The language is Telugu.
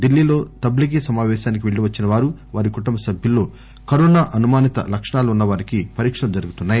డిల్లీ లో తబ్లిగీ సమావేశానికి పెల్లి వచ్చివారు వారి కుటుంబసభ్యుల్లో కరోనా అనుమానిత లక్షణాలు ఉన్న వారికి పరీక్షలు జరుగుతున్నాయి